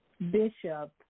Bishop